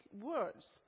Words